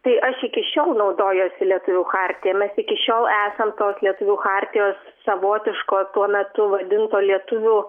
tai aš iki šiol naudojuosi lietuvių chartija mes iki šiol esam tos lietuvių chartijos savotiško tuo metu vadinto lietuvių